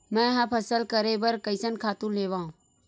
मैं ह फसल करे बर कइसन खातु लेवां?